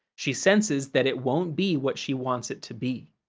she senses that it won't be what she wants it to be.